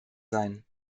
sein